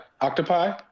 Octopi